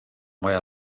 vaja